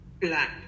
black